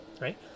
right